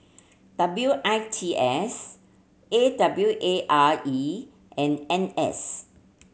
W I T S A W A R E and N S